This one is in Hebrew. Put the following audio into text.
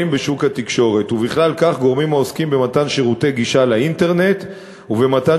ביקשו זאת בבקשה פרטנית ומפורשת,